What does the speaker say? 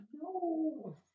No